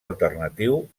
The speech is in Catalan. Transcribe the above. alternatiu